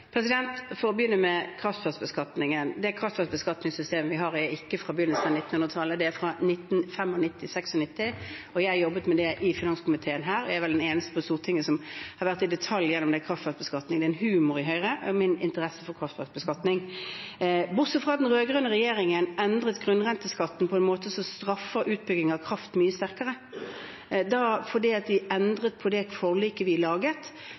For å begynne med kraftverksbeskatningen. Det kraftverksbeskatningssystemet vi har, er ikke fra begynnelsen av 1900-tallet, det er fra 1995–96. Jeg jobbet med det i finanskomiteen her, og jeg er vel den eneste på Stortinget som har vært i detalj gjennom den kraftverksbeskatningen. Det er en humor i Høyre rundt min interesse for kraftverksbeskatning! Den rød-grønne regjeringen endret grunnrenteskatten på en måte som straffer utbygging av kraft mye sterkere, fordi de endret på det forliket vi laget